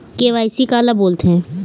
KYC काला बोलथें?